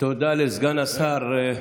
תודה לסגן השר.